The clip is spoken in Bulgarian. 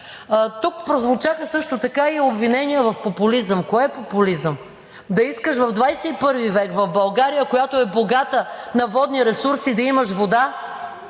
Тук прозвучаха също така и обвинения в популизъм. Кое е популизъм: да искаш в ХХI век в България, която е богата на водни ресурси, да имаш вода,